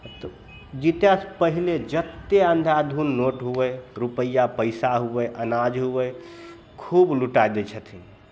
तऽ जीतयसँ पहिले जतेक अन्धाधुन्ध नोट हुवै रुपैआ पैसा हुवै अनाज हुवै खूब लुटाय दै छथिन